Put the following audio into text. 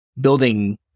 building